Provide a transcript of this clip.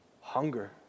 Hunger